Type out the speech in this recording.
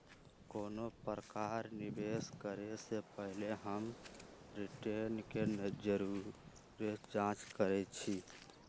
कोनो प्रकारे निवेश करे से पहिले हम रिटर्न के जरुरे जाँच करइछि